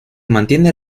mantiene